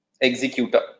executor